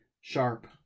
sharp